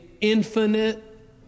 infinite